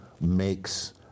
makes